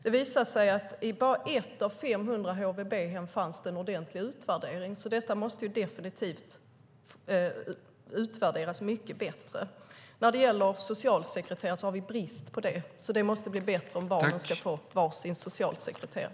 Endast i 1 av 500 HVB-hem fanns det en ordentlig utvärdering, så de måste definitivt utvärderas mycket bättre. Vi har brist på socialsekreterare. Det måste bli bättre om barnen ska kunna få var sin socialsekreterare.